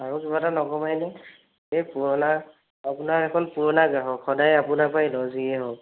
আৰু কিবা এটা নকমায়নে এই পুৰণা আপোনাৰ দেখোন পুৰণা গ্ৰাহক সদায় আপোনাৰ পৰাই লওঁ যিয়ে হওক